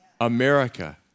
America